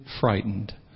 frightened